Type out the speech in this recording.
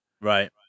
Right